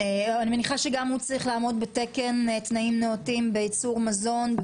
אני מניחה שגם הוא צריך לעמוד בתקן תנאים נאותים בייצור מזון.